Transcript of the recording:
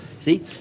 See